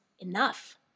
enough